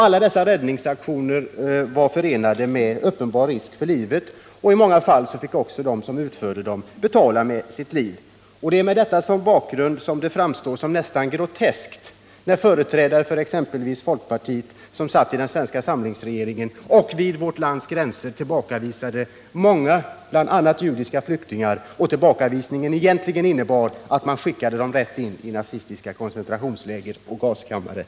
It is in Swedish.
Alla dessa räddningsaktioner var förenade med uppenbar risk för livet, och i många fall fick också de som utförde dem betala med sitt liv. Det är med detta som bakgrund som det framstår som nästan groteskt att företrädare för exempelvis folkpartiet, som satt med i den svenska samlingsregeringen under kriget, vid vårt lands gränser tillbakavisad” många, bl.a. judiska flyktingar, fastän en sådan tillbakavisning innebar att man då skickade dem rätt in i nazistiska koncentrationsläger och gaskammare.